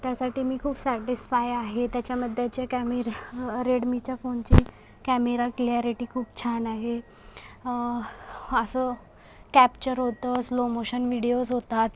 त्यासाठी मी खूप सॅटिस्फाय आहे त्याच्यामध्ये जे कॅमे रेडमीच्या फोनची कॅमेरा क्लियारीटी खूप छान आहे असं कॅप्चर होतं स्लो मोशन व्हिडीओज होतात